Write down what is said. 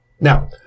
Now